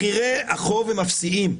מחירי החוב הם אפסיים.